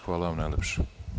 Hvala vam najlepše.